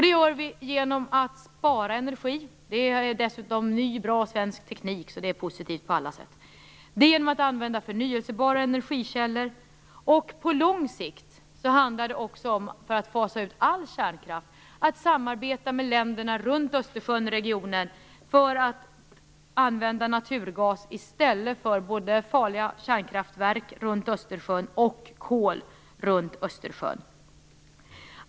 Det gör vi genom att spara energi - det inbegriper dessutom ny, bra, svensk teknik, så det är positivt på alla sätt - och använda förnybara energikällor, och på lång sikt, för att fasa ut all kärnkraft, handlar det också om att samarbeta med länderna runt om i Östersjöregionen för att använda naturgas i stället för både farliga kärnkraftverk och kol runt Östersjön.